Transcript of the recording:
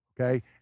okay